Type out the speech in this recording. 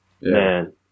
Man